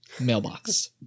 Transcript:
mailbox